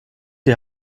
die